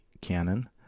Canon